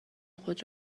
خود